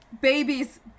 babies